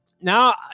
Now